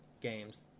games